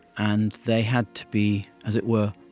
and they had to be, as it were,